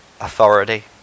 authority